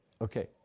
Okay